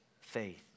faith